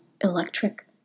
electric